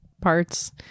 parts